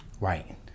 Right